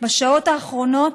בשעות האחרונות,